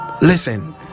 Listen